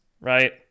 right